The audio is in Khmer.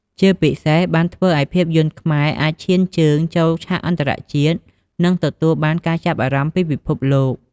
ជាពិសេសបានធ្វើឱ្យភាពយន្តខ្មែរអាចឈានជើងចូលឆាកអន្តរជាតិ និងទទួលបានការចាប់អារម្មណ៍ពីពិភពលោក។